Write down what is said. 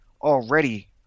already